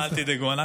אל תדאגו.